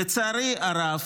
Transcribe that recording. לצערי הרב,